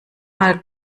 mal